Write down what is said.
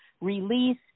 release